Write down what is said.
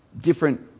different